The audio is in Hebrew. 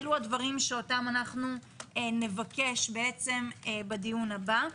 אלה הדברים שאותם אנחנו נבקש לדיון הבא.